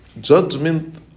judgment